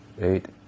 eight